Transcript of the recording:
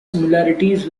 similarities